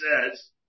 says